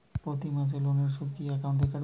প্রতি মাসে লোনের সুদ কি একাউন্ট থেকে কাটবে?